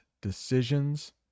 decisions